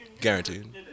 Guaranteed